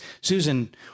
Susan